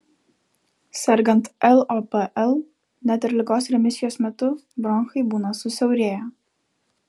sergant lopl net ir ligos remisijos metu bronchai būna susiaurėję